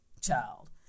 child